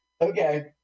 Okay